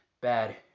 Bad